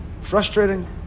Frustrating